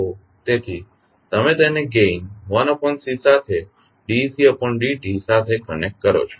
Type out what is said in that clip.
તેથી તમે તેને ગેઇન 1C સાથે d ecd t સાથે કનેક્ટ કરો છો